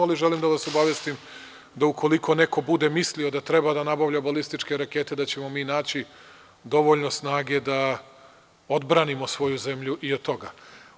Ali, želim da vas obavestim da ukoliko neko bude mislio da treba da nabavlja balističke rakete da ćemo mi naći dovoljno snage da odbranimo svoju zemlju i od toga.